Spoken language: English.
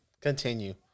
Continue